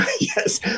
Yes